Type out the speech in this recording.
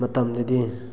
ꯃꯇꯝꯗꯗꯤ